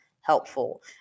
helpful